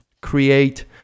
create